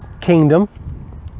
kingdom